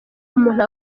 umuntu